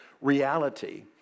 reality